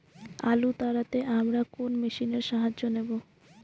আলু তাড়তে আমরা কোন মেশিনের সাহায্য নেব?